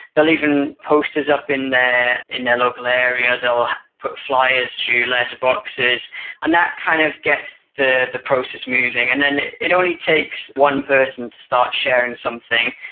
they'll even posters up in their in their local area. they'll put flyers through letter boxes and that kind of gets the the process moving and then it only takes one person to start sharing something,